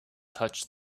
touched